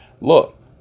look